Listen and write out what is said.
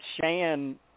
Shan